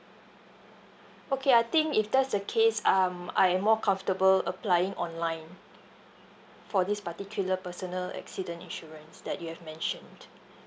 okay I think if that's the case um I am more comfortable applying online for this particular personal accident insurance that you have mentioned